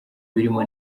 birimo